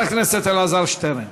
ואחריה, חבר הכנסת אלעזר שטרן,